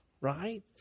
right